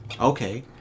Okay